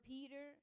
Peter